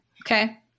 okay